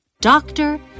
doctor